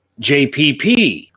JPP